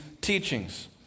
teachings